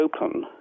open